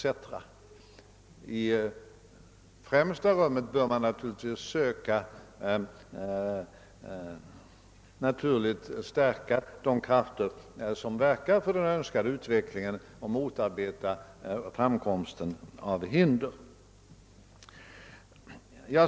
I främsta rummet bör man naturligtvis försöka att stärka de krafter som verkar för den önskade utvecklingen och motverka uppkomsten av hinder.